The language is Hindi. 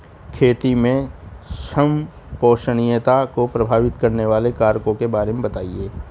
खेती में संपोषणीयता को प्रभावित करने वाले कारकों के बारे में बताइये